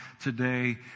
today